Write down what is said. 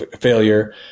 failure